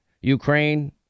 Ukraine